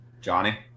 Johnny